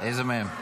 איזה מהם?